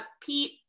Pete